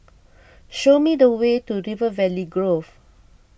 show me the way to River Valley Grove